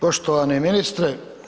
Poštovani ministre.